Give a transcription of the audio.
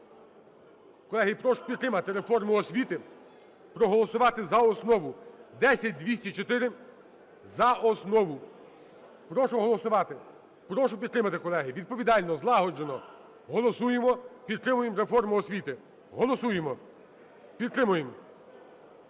Колеги, і прошу підтримати реформу освіти, проголосувати за основу, 10204 – за основу. Прошу голосувати, прошу підтримати, колеги. Відповідально злагоджено голосуємо, підтримуємо реформу освіти. Голосуємо, підтримуємо.